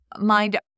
mind